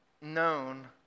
known